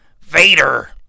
Vader